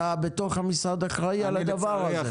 אתה בתוך המשרד אחראי על הדבר הזה.